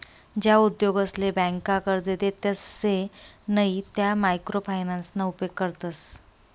ज्या उद्योगसले ब्यांका कर्जे देतसे नयी त्या मायक्रो फायनान्सना उपेग करतस